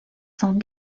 sont